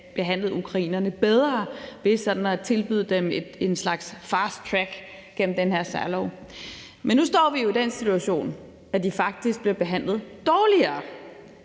behandlede ukrainerne bedre ved sådan at tilbyde dem en slags fasttrack gennem den her særlov. Men nu står vi jo i den situation, at de faktisk bliver behandlet dårligere